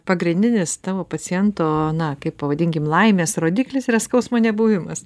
pagrindinis tavo paciento na kaip pavadinkim laimės rodiklis yra skausmo nebuvimas